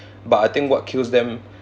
but I think what kills them